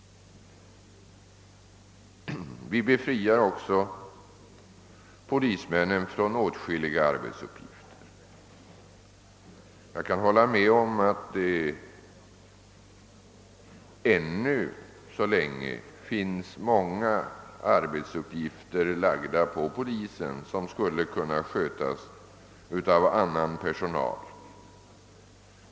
Vi befriar också polismännen från åtskilliga arbetsuppgifter, även om jag kan hålla med om att vi ännu har många arbetsuppgifter lagda på polisen, som skulle kunna skötas av annan personal.